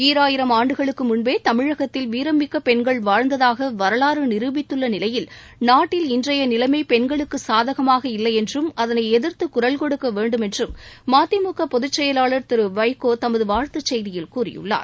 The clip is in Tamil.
ஈராயிரம் ஆண்டுகளுக்கு முன்பே தமிழகத்தில் வீரம் மிக்க பெண்கள் வாழ்ந்ததாக வரலாறு நிருபித்துள்ள நிலையில் நாட்டில் இன்றைய நிலைமை பெண்களுக்கு சாதகமாக இல்லையென்றும் அதனை எதிர்த்து ஞரல் கொடுக்க வேண்டும் என்றும் மதிமுக பொதுச்செயலாளர் திரு வைகோ தமது வாழ்த்துச்செய்தியில் கூறியுள்ளார்